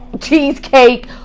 cheesecake